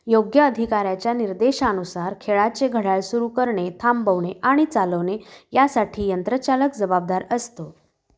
योग्य अधिकाऱ्याच्या निर्देशानुसार खेळाचे घड्याळ सुरू करणे थांबवणे आणि चालवणे यासाठी यंत्रचालक जबाबदार असतो